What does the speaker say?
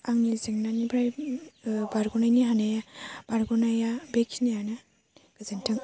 आंनि जेंनानिफ्राय बारग'नायनि हानाया बारग'नाया बेखिनियानो गोजोन्थों